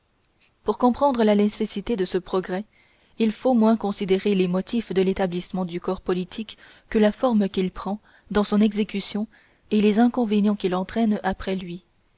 pour comprendre la nécessité de ce progrès il faut moins considérer les motifs de l'établissement du corps politique que la forme qu'il prend dans son exécution et les inconvénients qu'il entraîne après lui